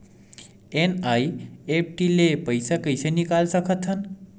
NEFT ले पईसा कइसे निकाल सकत हन?